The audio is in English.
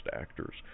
actors